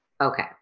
Okay